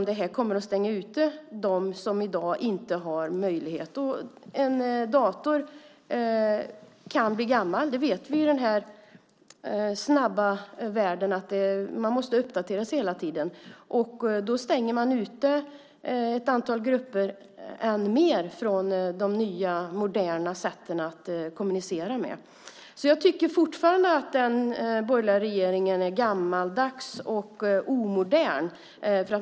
Det här kommer att stänga ute dem som i dag inte har denna möjlighet. En dator kan bli gammal. Vi vet i den här snabba världen att man måste uppdatera sig hela tiden. Då stänger man ute ett antal grupper än mer från de nya moderna sätten att kommunicera. Jag tycker fortfarande att den borgerliga regeringen är gammaldags och omodern.